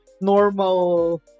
normal